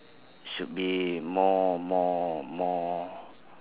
should be more more more